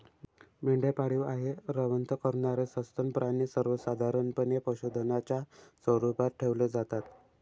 मेंढ्या पाळीव आहे, रवंथ करणारे सस्तन प्राणी सर्वसाधारणपणे पशुधनाच्या स्वरूपात ठेवले जातात